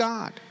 God